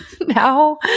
now